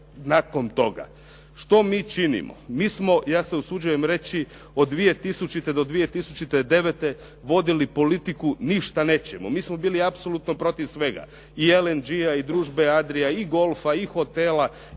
nakon toga. Što mi činimo? Mi smo ja se usuđujem reći od 2000. do 2009. vodili politiku, ništa nećemo. Mi smo bili apsolutno protiv svega i LNG i Družbe "Adrija" i golfa, i hotela,